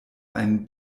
einen